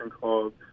called